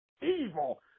evil